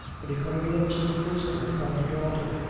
when he caught a glimpse of the prisoner, condy dalton,